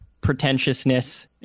pretentiousness